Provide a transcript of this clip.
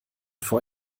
vor